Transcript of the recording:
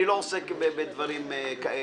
אני לא עוסק בדברים כאלה.